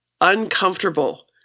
uncomfortable